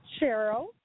Cheryl